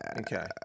Okay